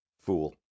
fool